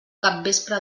capvespre